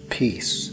peace